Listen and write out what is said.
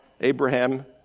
Abraham